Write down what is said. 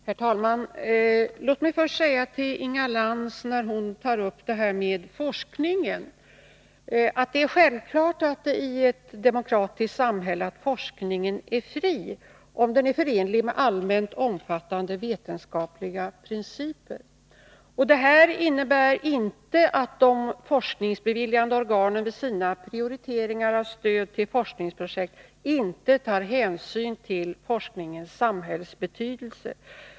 Herr talman! Låt mig först säga till Inga Lantz, som tar upp frågan om forskningen, att det är självklart i ett demokratiskt samhälle att forskningen är fri, om den är förenlig med allmänt omfattade vetenskapliga principer. Det innebär inte att de forskningsbeviljande organen vid sina prioriteringar av stöd till forskningsprojekt inte tar hänsyn till forskningens samhällsbetydelse.